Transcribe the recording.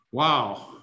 Wow